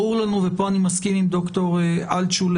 ברור לנו - ופה אני מסכים עם ד"ר אלטשולר